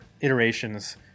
iterations